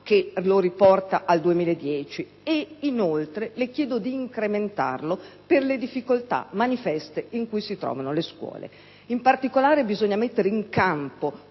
che lo riporti al livello del 2010. Inoltre, le chiedo di incrementare tale fondo per le difficoltà manifeste in cui si trovano le scuole. In particolare, bisogna mettere in campo